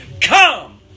come